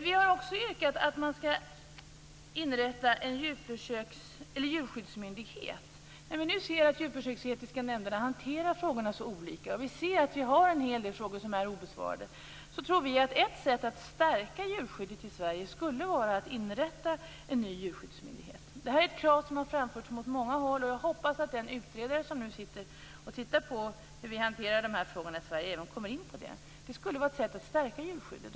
Vi har också yrkat om att inrätta en djurskyddsmyndighet. När vi nu ser att de djurförsöksetiska nämnderna hanterar frågorna så olika och vi ser att det finns många obesvarade frågor, tror vi att ett sätt att stärka djurskyddet i Sverige skulle vara att inrätta en ny djurskyddsmyndighet. Det är krav som har framförts från många håll. Jag hoppas att den utredare som ser över frågorna även skall komma in på detta. Det skulle vara ett sätt att stärka djurskyddet.